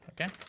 Okay